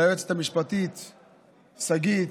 ליועצת המשפטית שגית,